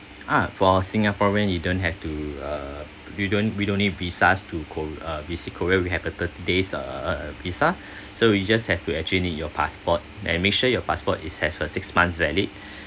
ah for singaporean you don't have to uh you don't we don't need visa to ko~ uh visit korea we have a thirty days uh uh visa so we just have to actually need your passport and make sure your passport is has a six months valid